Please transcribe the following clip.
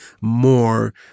more